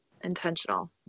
intentional